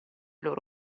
loro